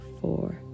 four